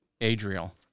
Adriel